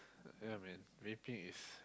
ya man vaping is